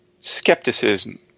skepticism